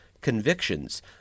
convictions